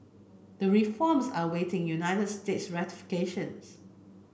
the reforms are awaiting United States ratifications